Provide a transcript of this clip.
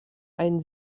ein